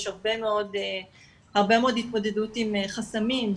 יש הרבה מאוד התמודדות עם חסמים,